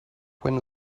when